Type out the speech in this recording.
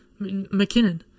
McKinnon